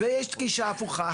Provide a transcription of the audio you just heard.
יש גישה הפוכה,